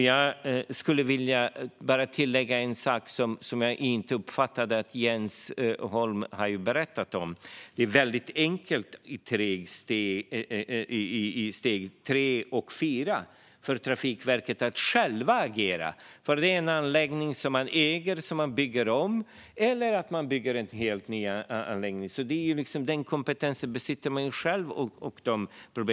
Jag skulle bara vilja tillägga en sak som jag inte uppfattade att Jens Holm har berättat om. Det är mycket enkelt för Trafikverket att i steg 3 och i steg 4 själva agera när det gäller en anläggning som man äger, när det gäller en anläggning som man bygger om eller när det gäller en helt ny anläggning som man bygger. Denna kompetens besitter man själv.